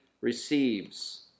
receives